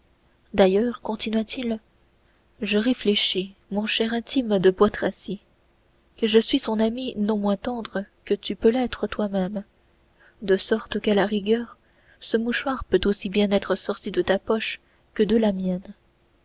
d'ailleurs continua-t-il je réfléchis mon cher intime de boistracy que je suis son ami non moins tendre que tu peux l'être toi-même de sorte qu'à la rigueur ce mouchoir peut aussi bien être sorti de ta poche que de la mienne